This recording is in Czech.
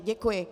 Děkuji.